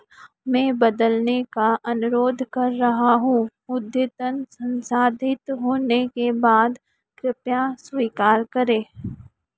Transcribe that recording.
में बदलने का अनुरोध कर रहा हूँ अद्यतन संशोधित होने के बाद कृपया स्वीकार करें